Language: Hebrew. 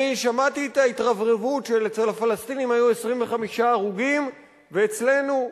אני שמעתי את ההתרברבות שאצל הפלסטינים היו 25 הרוגים ואצלנו,